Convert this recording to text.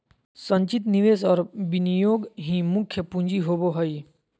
संचित निवेश और विनियोग ही मुख्य पूँजी होबो हइ